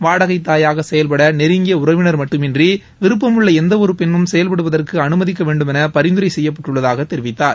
வாடகைத்தாயாக செயல்பட நெருங்கிய உறவினர் மட்டுமின்றி விருப்பமுள்ள எந்தவொரு பெண்னும் செயல்படுவதற்கு அனுமதிக்க வேண்டுமென பரிந்துரை செய்யப்பட்டுள்ளதாகத் தெரிவித்தார்